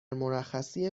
مرخصی